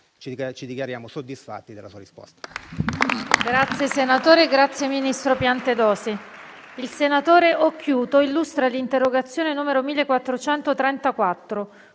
ci dichiariamo soddisfatti della sua risposta.